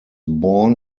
born